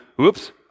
oops